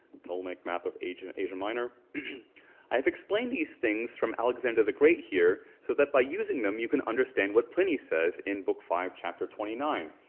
ptolemaic map of asia asia minor. i've explained these things from alexander the great here so that by using them you can understand what pliny says in book five, chapter twenty nine.